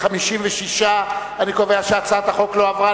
56. אני קובע שהצעת החוק לא עברה,